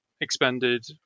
expended